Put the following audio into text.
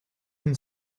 can